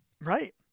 Right